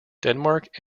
denmark